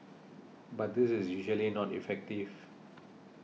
but this is usually not effective